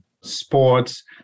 sports